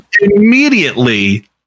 immediately